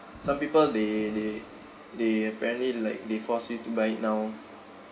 some people they they they apparently like they force you to buy it now